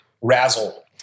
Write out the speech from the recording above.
razzle